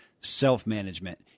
self-management